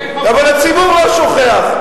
אבל הציבור לא שוכח.